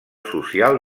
social